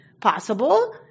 possible